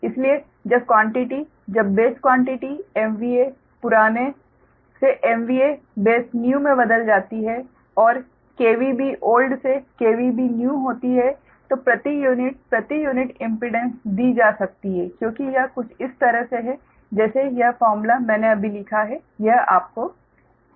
इसलिए जब क्वान्टिटी जब बेस क्वान्टिटी MVA पुराने से MVA बेस न्यू में बदल जाती है और B ओल्ड से B न्यू होती है तो प्रति यूनिट प्रति यूनिट इम्पीडेंस दी जा सकती है क्योंकि यह कुछ इस तरह से है जैसे यह फार्मूला मैंने अभी लिखा है यह आपको दिखाता है